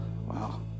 Wow